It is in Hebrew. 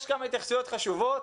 יש כמה התייחסויות חשובות,